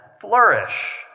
flourish